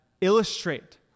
illustrate